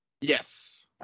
Yes